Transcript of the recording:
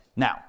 Now